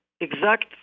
exact